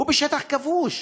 הוא בשטח כבוש.